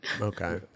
Okay